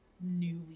newly